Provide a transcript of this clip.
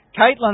Caitlin